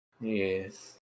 Yes